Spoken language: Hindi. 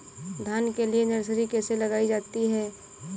धान के लिए नर्सरी कैसे लगाई जाती है?